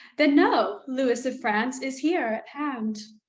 then know lewis of france, is here at hand